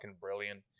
brilliant